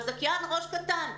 והזכיין ראש קטן,